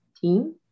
team